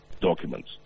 documents